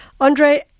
Andre